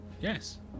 Yes